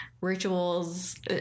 rituals